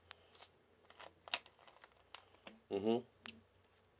mmhmm